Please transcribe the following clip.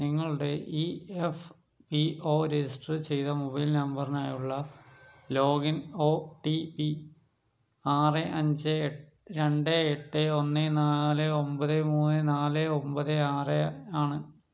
നിങ്ങളുടെ E F P O register ചെയ്ത mobile നമ്പറിനായുള്ള ലോഗിൻ ഓ ടി പി ആറ് അഞ്ച് രണ്ട് എട്ട് ഒന്ന് നാല് ഒമ്പത് മൂന്ന് നാല് ഒമ്പത് ആറ് ആണ്